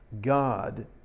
God